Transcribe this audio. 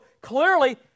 clearly